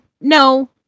no